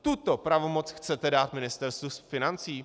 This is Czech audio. Tuto pravomoc chcete dát Ministerstvu financí?